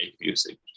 music